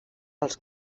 als